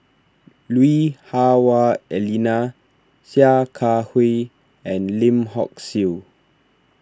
Lui Hah Wah Elena Sia Kah Hui and Lim Hock Siew